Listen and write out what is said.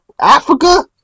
Africa